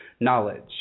Knowledge